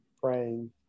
praying